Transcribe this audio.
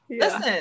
Listen